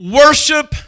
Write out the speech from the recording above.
worship